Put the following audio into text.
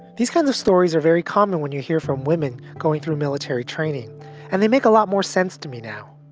these kinds of stories are very common when you hear from women going through military training and they make a lot more sense to me now.